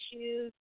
issues